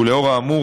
לאור האמור,